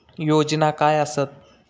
योजना काय आसत?